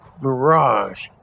mirage